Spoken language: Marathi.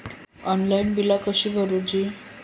ऑनलाइन बिला कशी भरूची?